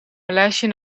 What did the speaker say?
maleisië